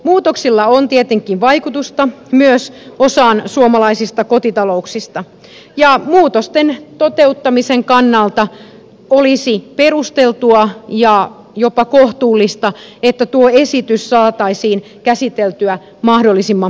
muutoksilla on tietenkin vaikutusta myös osaan suomalaisista kotitalouksista ja muutosten toteuttamisen kannalta olisi perusteltua ja jopa kohtuullista että tuo esitys saataisiin käsiteltyä mahdollisimman pikaisesti